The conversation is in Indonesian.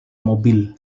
mobil